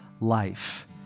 life